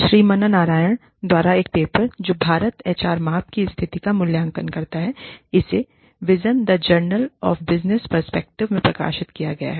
श्रीमन्नारायण द्वारा एक पेपर है जो भारत में एचआर माप की स्थिति का मूल्यांकन करता है उसे vision the journal of business perspectives में प्रकाशित किया गया है